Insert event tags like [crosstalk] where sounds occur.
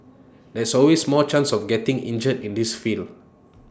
[noise] there's always more chance of getting injured in this field [noise]